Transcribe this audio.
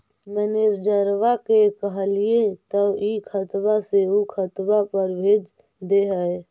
मैनेजरवा के कहलिऐ तौ ई खतवा से ऊ खातवा पर भेज देहै?